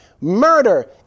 murder